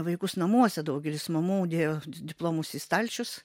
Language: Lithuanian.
vaikus namuose daugelis mamų dėjo diplomus į stalčius